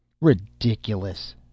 Ridiculous